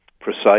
precise